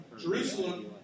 Jerusalem